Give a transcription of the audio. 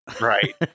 Right